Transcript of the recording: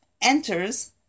enters